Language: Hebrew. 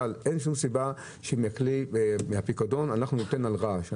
אין שום סיבה שאנחנו נעביר מהפיקדון למפגעי רעש.